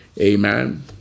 amen